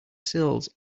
sills